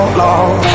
long